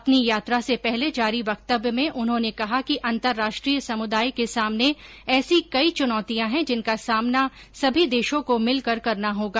अपनी यात्रा से पहले जारी वक्तव्य में उन्होंने कहा कि अंतर्राष्ट्रीय समुदाय के सामने ऐसी कई चुनौतियां हैं जिनका सामना सभी देशों को मिलकर करना होगा